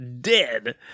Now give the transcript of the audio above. dead